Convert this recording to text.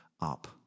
up